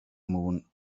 moon